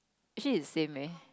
actually is same leh